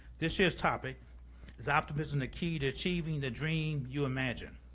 this year's topic is optimism, the key to achieving the dream you imagine.